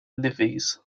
levees